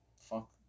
Fuck